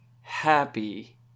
happy